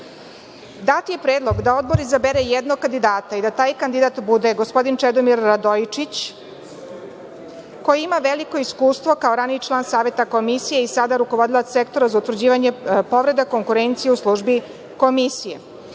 je predlog da Odbor izabere jednog kandidata i da taj kandidat bude gospodin Čedomir Radojičić, koji ima veliko iskustvo kao raniji član Saveta Komisije i sada rukovodilac Sektora za utvrđivanje povreda konkurencije u Službi Komisije.